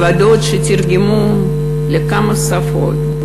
העבודות שתורגמו לכמה שפות,